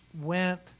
went